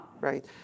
right